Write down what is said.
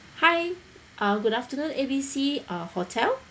hi uh good afternoon A B C uh hotel